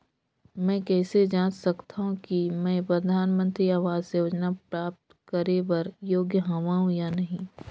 मैं कइसे जांच सकथव कि मैं परधानमंतरी आवास योजना प्राप्त करे बर योग्य हववं या नहीं?